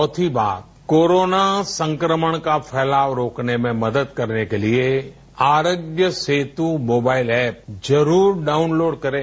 चौथी बात कोरोना संक्रमण का फैलाव रोकने में मदद करने के लिए आरोग्य सेतु मोबाइल एप जरूर डाउनलोड करें